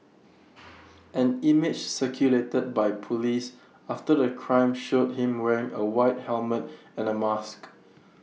an image circulated by Police after the crime showed him wearing A white helmet and A mask